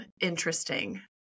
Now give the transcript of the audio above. interesting